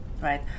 right